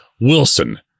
Wilson